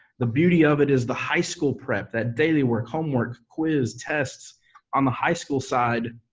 the beauty of it is the high school prep, that daily work, homework, quiz, tests on the high school side,